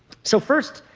so first,